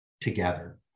together